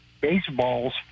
baseballs